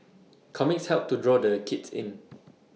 comics help to draw the kids in